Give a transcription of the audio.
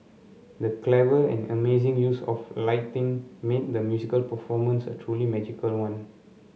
the clever and amazing use of lighting made the musical performance a truly magical one